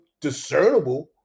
discernible